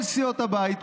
כל סיעות הבית,